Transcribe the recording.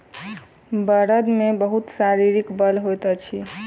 बड़द मे बहुत शारीरिक बल होइत अछि